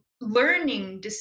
learning